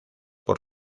por